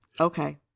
Okay